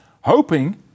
hoping